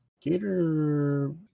Gator